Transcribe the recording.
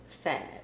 sad